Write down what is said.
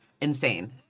Insane